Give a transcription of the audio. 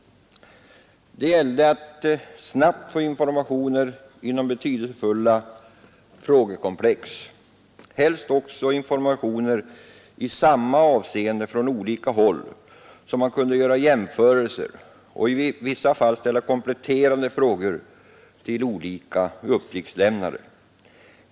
Det gällde att snabbt få informationer inom betydelsefulla frågekomplex, helst också informationer i samma avseende från olika håll, så att man kunde göra jämförelser och i vissa fall ställa kompletterande frågor till olika uppgiftslämnare.